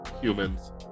humans